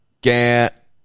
Get